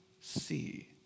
see